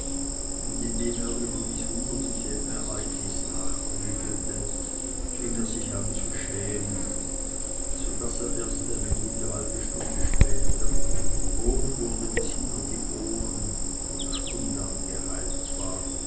und indem er über dies wunderliche ereignis nachgrübelte fing er an sich zu schämen so daß er erst eine gute halbe stunde nachher rot wurde bis hinter die ohren von stund an geheilt war